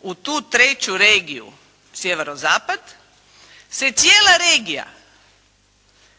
u tu treću regiju sjeverozapad se cijela regija